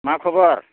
मा खबर